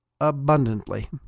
abundantly